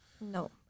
no